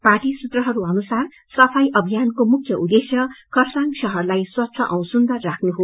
party सूत्रहरू अनुसार सफाई अभियानको मुख्य उद्वेश्य खरसाङ शहरलाई स्वच्छ औ सुन्दर राख्नु हो